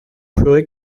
ferez